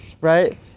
Right